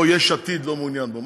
או שיש עתיד לא מעוניינת בו.